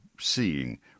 seeing